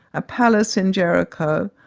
a palace in jericho,